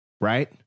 Right